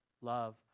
love